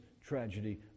tragedy